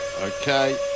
Okay